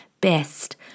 best